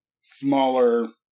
smaller